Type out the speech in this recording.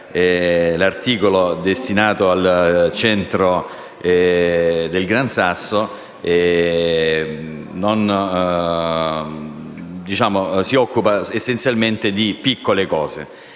dell'articolo riguardante il centro del Gran Sasso, si occupa essenzialmente di piccole cose.